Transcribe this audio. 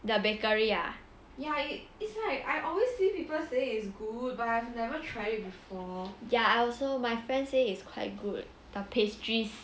the bakery ah ya I also my friend say is quite good the pastries